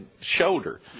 shoulder